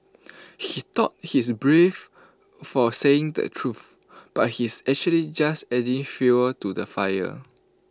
he thought he's brave for saying the truth but he's actually just adding fuel to the fire